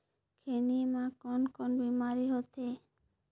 खैनी म कौन कौन बीमारी होथे?